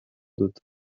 dut